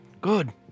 Good